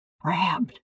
grabbed